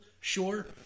sure